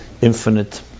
infinite